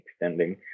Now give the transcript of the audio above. extending